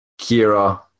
Kira